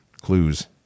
clues